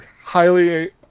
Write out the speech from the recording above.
highly